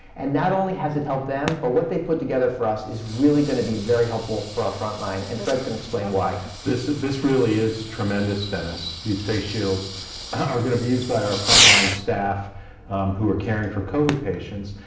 and not only has it helped them, but what they put together for us is really gonna be very helpful for our frontline, and fred's gonna explain why. this this really is tremendous, dennis. these face shields are gonna be used by our frontline staff who are caring for covid patients,